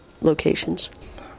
locations